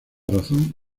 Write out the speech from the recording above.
razón